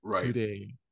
today